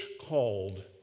called